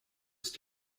ist